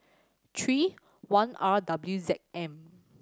three one R W Z M